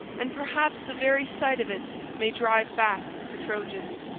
and perhaps the very sight of it may drive back the trojans.